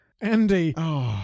Andy